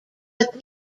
but